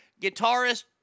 Guitarist